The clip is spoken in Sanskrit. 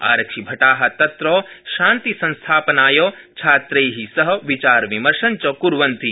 आरक्षिभटा तत्र शान्तिसंस्थापनाय छात्रै सह विचारविमर्शञ्च क्र्वन्ति